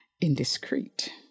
indiscreet